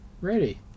ready